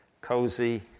cozy